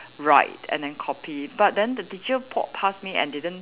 write and then copy but then the teacher walked past me and didn't